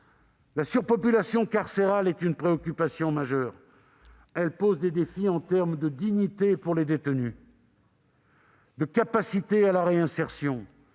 La surpopulation carcérale est une préoccupation majeure. Elle pose des défis en termes de dignité pour les détenus, de capacité à la réinsertion